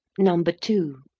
number two.